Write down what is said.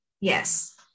yes